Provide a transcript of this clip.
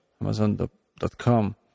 Amazon.com